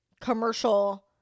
commercial